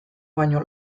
baino